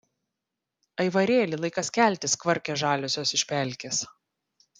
aivarėli laikas keltis kvarkia žaliosios iš pelkės